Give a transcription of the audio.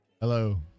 Hello